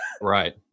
right